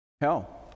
hell